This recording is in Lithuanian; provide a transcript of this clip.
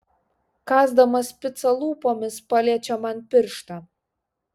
kąsdamas picą lūpomis paliečia man pirštą